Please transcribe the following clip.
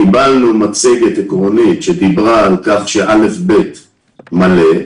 קבלנו מצגת עקרונית שדברה על כך שא'-ב' מלא.